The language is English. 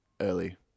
early